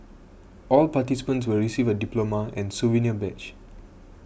all participants will receive a diploma and souvenir badge